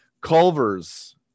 Culver's